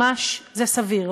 ממש, זה סביר.